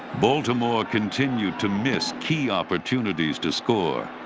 baltimore continued to miss key opportunities to score.